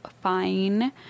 fine